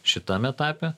šitam etape